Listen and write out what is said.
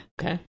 okay